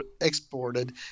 exported